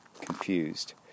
confused